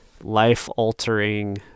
life-altering